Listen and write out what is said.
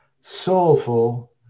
soulful